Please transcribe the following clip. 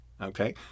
okay